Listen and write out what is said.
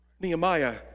Nehemiah